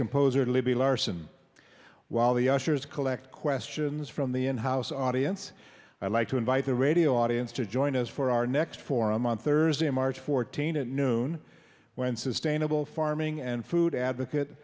composer libby larsen while the ushers collect questions from the in house audience i like to invite the radio audience to join us for our next forum on thursday march fourteenth at noon when sustainable farming and food advocate